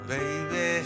Baby